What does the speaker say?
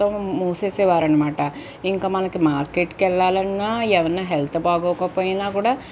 మొత్తం మూసేసే వారనమాట ఇంకా మనకి మార్కెట్కి వెళ్ళాలన్నా ఏవన్నా హెల్త్ బాగలేకపోయినా కూడా